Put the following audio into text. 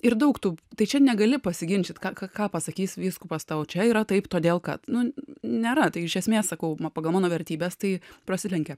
ir daug tų tai čia negali pasiginčyt ką ką ką pasakys vyskupas tau čia yra taip todėl kad nėra tai iš esmės sakau pa pagal mano vertybės tai prasilenkia